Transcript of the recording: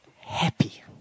happy